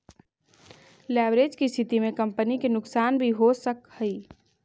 leverage के स्थिति में कंपनी के नुकसान भी हो सकऽ हई